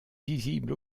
visibles